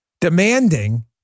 Demanding